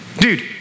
dude